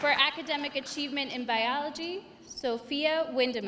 for academic achievement in biology sophia wynd